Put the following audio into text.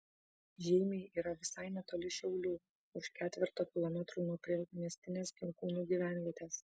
žeimiai yra visai netoli šiaulių už ketverto kilometrų nuo priemiestinės ginkūnų gyvenvietės